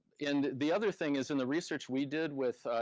and the other thing is, in the research we did with.